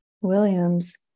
Williams